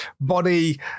body